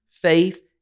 Faith